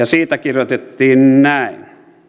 siitä kirjoitettiin näin